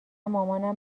مامانم